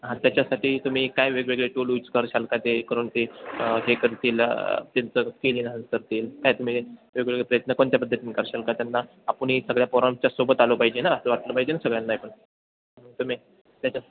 हां त्याच्यासाठी तुम्ही काय वेगवेगळे टूल यूज कराल का ते करून ते हे करतील त्यांचं केलीन नंतर ते काय तुम्ही वेगवेगळे प्रयत्न कोणत्या पद्धतीनं कराल का त्यांना आपणही सगळ्या पोरांच्यासोबत आलो पाहिजे नां असं वाटलं पाहिजे ना सगळ्यांनाही पण तुम्ही त्याच्या